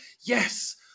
yes